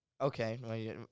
Okay